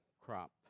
crop